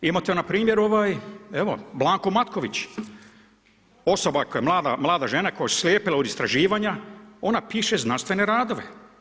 Imate npr. ovaj evo Blanku Matković, osoba koja je mlada, mlada žena koja je oslijepila od istraživanja ona piše znanstvene radove.